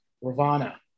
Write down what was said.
Ravana